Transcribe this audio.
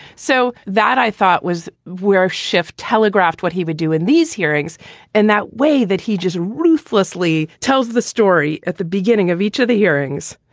so that i thought was where schiff telegraphed what he would do in these hearings and that way that he just ruthlessly tells the story. at the beginning of each of the hearings,